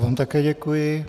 Já vám také děkuji.